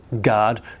guard